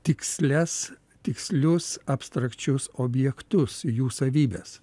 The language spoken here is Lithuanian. tikslias tikslius abstrakčius objektus jų savybes